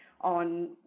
on